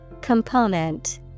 Component